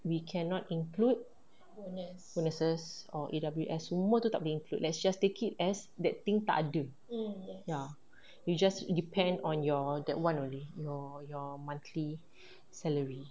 we cannot include bonuses or A_W_S semua tu tak boleh let's just take it as that thing tak ada ya you just depend on your that [one] only your your monthly salary